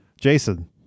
Jason